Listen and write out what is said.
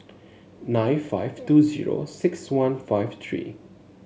nine five two zero six one five three